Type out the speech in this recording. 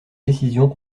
décisions